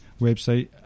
website